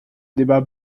débat